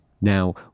Now